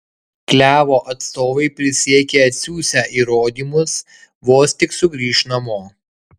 klevo atstovai prisiekė atsiųsią įrodymus vos tik sugrįš namo